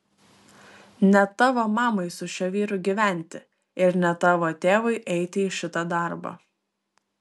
ne tavo mamai su šiuo vyru gyventi ir ne tavo tėvui eiti į šitą darbą